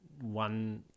one